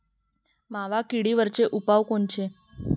मावा किडीवरचे उपाव कोनचे?